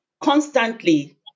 constantly